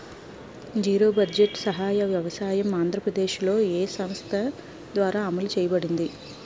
Zero budget సహజ వ్యవసాయం ఆంధ్రప్రదేశ్లో, ఏ సంస్థ ద్వారా అమలు చేయబడింది?